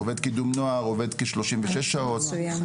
עובד קידום נוער עובד כשלושים ושש שעות,